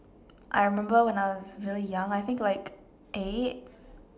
I remember when I was really young I think like eight